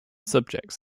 subjects